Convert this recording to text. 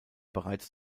bereits